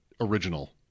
original